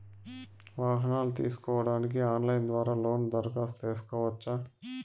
వాహనాలు తీసుకోడానికి ఆన్లైన్ ద్వారా లోను దరఖాస్తు సేసుకోవచ్చా?